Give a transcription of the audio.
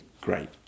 great